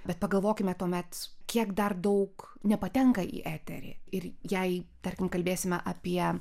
bet pagalvokime tuomet kiek dar daug nepatenka į eterį ir jei tarkim kalbėsime apie